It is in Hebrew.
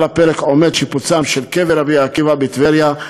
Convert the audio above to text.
על הפרק עומד שיפוצם של קבר רבי עקיבא בטבריה,